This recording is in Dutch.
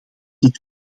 dit